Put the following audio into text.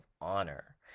honor